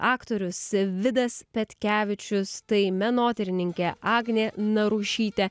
aktorius vidas petkevičius tai menotyrininkė agnė narušytė